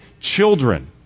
children